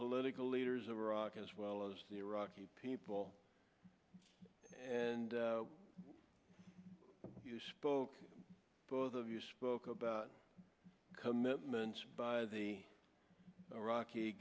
political leaders of iraq as well as the iraqi people and you spoke both of you spoke about combet moments by the iraqi